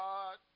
God